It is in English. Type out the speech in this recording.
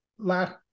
last